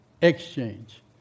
Exchange